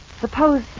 Suppose